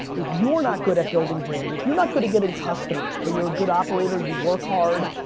if you're not good at building brand, if you're not good at getting customers, but you're a good operator, you work hard,